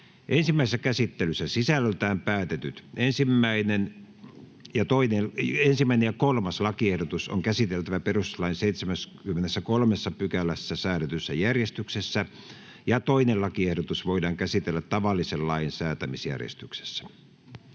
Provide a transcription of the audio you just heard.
Ensimmäisessä käsittelyssä sisällöltään päätetyt 1. ja 3. lakiehdotus on käsiteltävä perustuslain 73 §:ssä säädetyssä järjestyksessä ja 2. lakiehdotus voidaan käsitellä tavallisen lain säätämisjärjestyksessä.